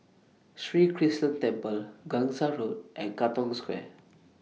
Sri Krishnan Temple Gangsa Road and Katong Square